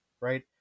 right